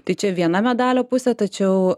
tai čia viena medalio pusė tačiau